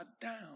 down